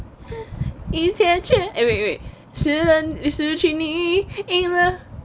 一切却 eh wait wait 失失去你赢了